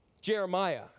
Jeremiah